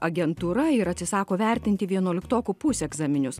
agentūra ir atsisako vertinti vienuoliktokų pusegzaminius